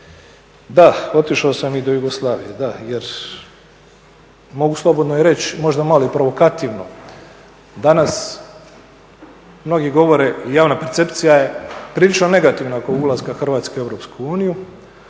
da, otišao sam i do Jugoslavije jer mogu slobodno i reći možda malo i provokativno, danas mnogi govore javna percepcija je prilično negativna oko ulaska Hrvatske u Europsku uniju